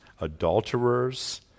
adulterers